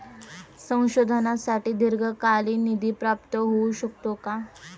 संशोधनासाठी दीर्घकालीन निधी प्राप्त होऊ शकतो का?